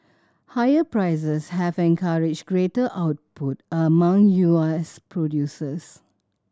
higher prices have encouraged greater output among U S producers